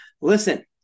Listen